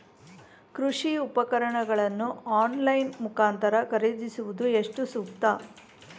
ಕೃಷಿ ಉಪಕರಣಗಳನ್ನು ಆನ್ಲೈನ್ ಮುಖಾಂತರ ಖರೀದಿಸುವುದು ಎಷ್ಟು ಸೂಕ್ತ?